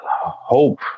hope